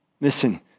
Listen